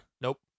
Nope